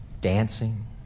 dancing